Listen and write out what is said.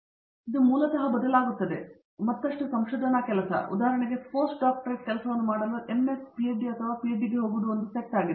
ದೇಶ್ಪಾಂಡೆ ಆದ್ದರಿಂದ ಇದು ಮೂಲತಃ ಬದಲಾಗುತ್ತದೆ ಮತ್ತಷ್ಟು ಸಂಶೋಧನಾ ಕೆಲಸ ಉದಾಹರಣೆಗೆ ಪೋಸ್ಟ್ ಡಾಕ್ಟರೇಟ್ ಕೆಲಸವನ್ನು ಮಾಡಲು ಎಂಎಸ್ ಪಿಎಚ್ಡಿ ಅಥವಾ ಪಿಹೆಚ್ಡಿಗೆ ಹೋಗುವುದು ಒಂದು ಸೆಟ್ ಆಗಿದೆ